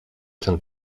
ten